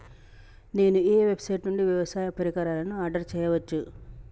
నేను ఏ వెబ్సైట్ నుండి వ్యవసాయ పరికరాలను ఆర్డర్ చేయవచ్చు?